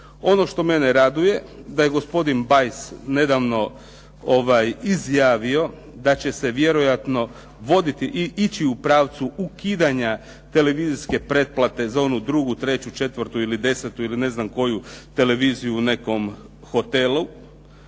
Ono što mene raduje da je gospodin Bajs nedavno izjavio da će se vjerojatno voditi i ići u pravcu ukidanja televizijske pretplate za onu drugu, treću, četvrtu ili desetu, ili ne znam koju televiziju u nekom hotelu,